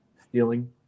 stealing